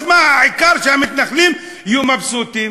אז מה, העיקר שהמתנחלים יהיו מבסוטים.